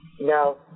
No